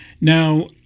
Now